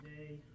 today